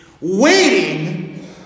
waiting